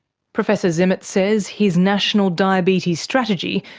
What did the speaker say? professor zimmet says his national diabetes strategy,